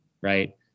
right